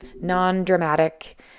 non-dramatic